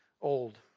old